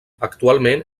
actualment